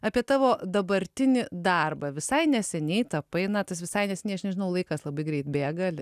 apie tavo dabartinį darbą visai neseniai tapai na tas visai neseniai aš nežinau laikas labai greit bėga